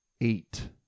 eight